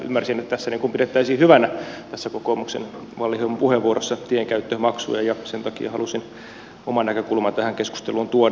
ymmärsin että tässä niin kuin pidettäisiin hyvänä tässä kokoomuksen wallinheimon puheenvuorossa tienkäyttömaksuja ja sen takia halusin oman näkökulman tähän keskusteluun tuoda